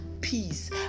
peace